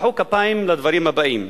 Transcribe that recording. הם מחאו כפיים לדברים הבאים: